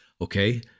Okay